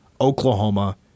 Oklahoma